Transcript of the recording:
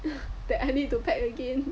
that I need to pack again